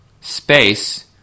space